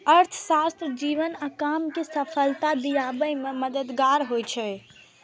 अर्थशास्त्र जीवन आ काम कें सफलता दियाबे मे मददगार होइ छै